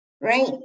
right